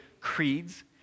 creeds